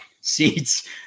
seats